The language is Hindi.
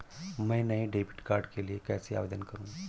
मैं नए डेबिट कार्ड के लिए कैसे आवेदन करूं?